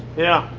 yeah.